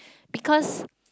because